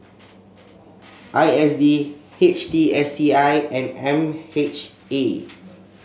I S D H T S C I and M H A